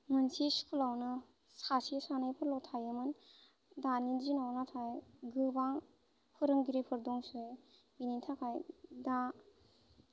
मोनसे स्कुलावनो सासे सानैफोरल' थायोमोन दानि दिनाव नाथाय गोबां फोरोंगिरिफोर दंसै बिनि थाखाय दा